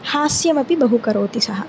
हास्यमपि बहुकरोति सः